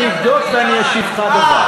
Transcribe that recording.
אני אבדוק ואני אשיב לך.